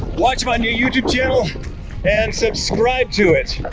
watch my new youtube channel and subscribe to it.